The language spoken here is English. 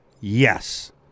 yes